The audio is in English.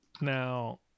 Now